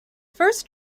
first